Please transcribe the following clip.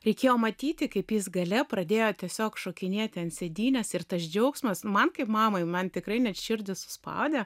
reikėjo matyti kaip jis gale pradėjo tiesiog šokinėti ant sėdynės ir tas džiaugsmas man kaip mamai man tikrai net širdį suspaudė